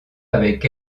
avec